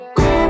go